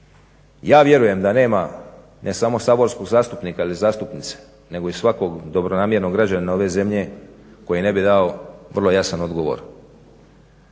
Ja vjerujem da nema ne samo saborskog zastupnika ili zastupnice, nego i svakog dobronamjernog građanina ove zemlje koji ne bi dao vrlo jasan odgovor,